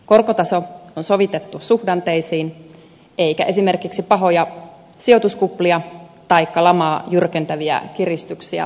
korkotaso on sovitettu suhdanteisiin eikä esimerkiksi pahoja sijoituskuplia taikka lamaa jyrkentäviä kiristyksiä ole nähty